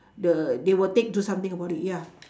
the they will take do something about it ya